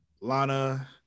Lana